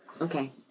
Okay